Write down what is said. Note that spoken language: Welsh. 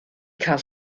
cael